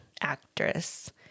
actress